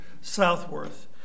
Southworth